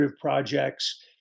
projects